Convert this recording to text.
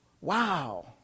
Wow